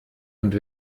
und